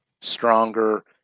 stronger